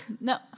No